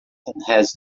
has